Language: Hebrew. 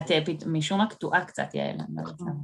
תהפית משום מה את קטועה קצת, יעל